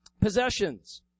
possessions